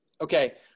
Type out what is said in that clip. Okay